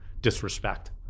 disrespect